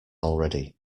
already